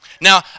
Now